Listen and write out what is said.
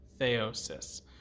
theosis